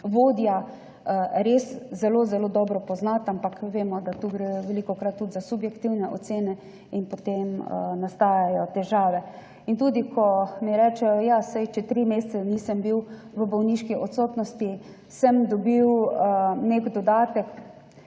res zelo dobro poznati, ampak vemo, da tu gre velikokrat tudi za subjektivne ocene in potem nastajajo težave. Tudi ko mi rečejo, češ, saj če tri mesece nisem bil v bolniški odsotnosti, sem dobil nek dodatek